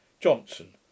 Johnson